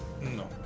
No